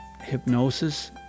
hypnosis